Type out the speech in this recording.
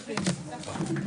הישיבה ננעלה בשעה 16:01.